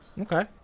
Okay